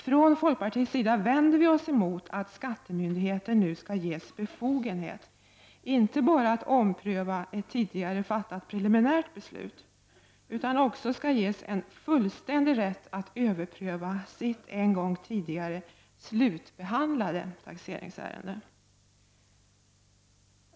Från folkpartiets sida vänder vi oss mot att skattemyndigheten nu inte bara skall ges befogenhet att ompröva ett tidigare fattat preliminärt beslut, utan också skall ges en fullständig rätt att överpröva sitt en gång tidigare slutbehandlade taxeringsärende.